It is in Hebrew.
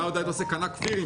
אקריא.